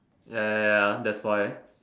ya ya ya that's why